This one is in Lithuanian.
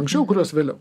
anksčiau kuriuos vėliau